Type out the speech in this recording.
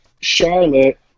Charlotte